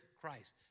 Christ